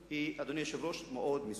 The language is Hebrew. הזאת, אדוני היושב-ראש, מאוד מסוכנת.